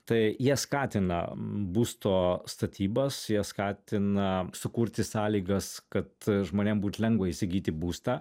tai jie skatina būsto statybas jie skatina sukurti sąlygas kad žmonėm būt lengva įsigyti būstą